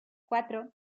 cuatro